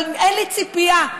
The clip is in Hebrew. אבל אין לי ציפייה.